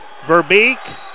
Verbeek